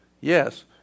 Yes